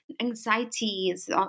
anxieties